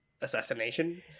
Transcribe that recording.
assassination